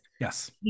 Yes